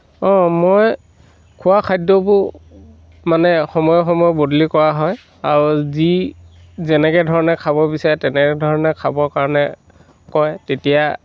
অ' মই খোৱা খাদ্যবোৰ মানে সময়ে সময়ে বদলি কৰা হয় আৰু যি যেনেকৈ ধৰণে খাব বিচাৰে তেনেকৈ ধৰণে খাব কাৰণে কয় তেতিয়া